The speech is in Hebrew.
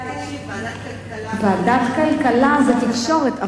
ועדת הכלכלה זה תקשורת,